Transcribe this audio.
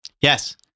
Yes